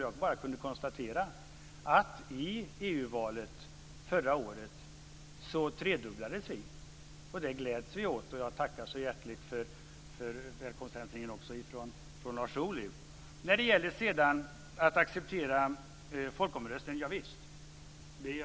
Jag kan bara konstatera att i EU-valet förra året trefaldigades vår representation, och det gläds vi åt. Jag tackar också så hjärtligt för Lars Ohlys välgångshälsning. När det sedan gäller att acceptera folkomröstningen vill jag säga: Ja visst.